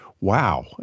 wow